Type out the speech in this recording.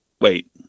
Wait